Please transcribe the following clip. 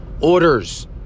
orders